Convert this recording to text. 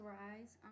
rise